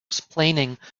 explaining